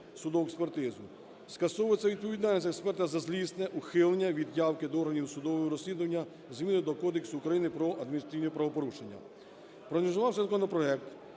судову експертизу". Скасовується відповідальність експерта за злісне ухилення від явки до органів судового розслідування, зміни до Кодексу України про адміністративні правопорушення. Проаналізувавши законопроект,